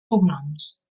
cognoms